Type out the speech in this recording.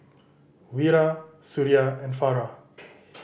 Wira Suria and Farah